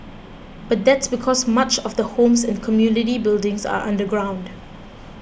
but that's because much of the homes and community buildings are underground